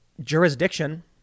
jurisdiction